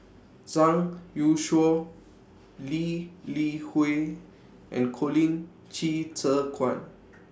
Zhang Youshuo Lee Li Hui and Colin Qi Zhe Quan